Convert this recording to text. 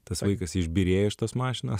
tas vaikas išbyrėjo iš tos mašinos